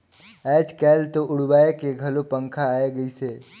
आयज कायल तो उड़वाए के घलो पंखा आये गइस हे